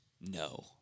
No